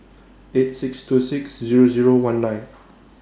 eight six two six Zero Zero one nine